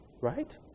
right